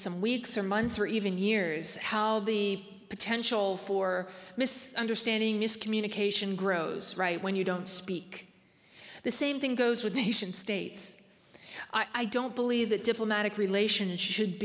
some weeks or months or even years how the potential for misunderstanding miscommunication grows right when you don't speak the same thing goes with nation states i don't believe that diplomatic relations should